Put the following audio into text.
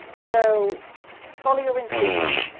so follow your intuition.